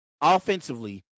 offensively